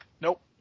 Nope